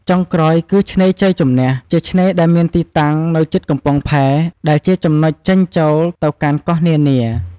ចុងក្រោយគឺ ឆ្នេរជ័យជំនះ ជាឆ្នេរដែលមានទីតាំងនៅជិតកំពង់ផែ ដែលជាចំណុចចេញចូលទៅកាន់កោះនានា។